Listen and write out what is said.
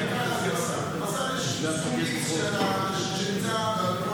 לשר יש סכום x שנמצא בעדכון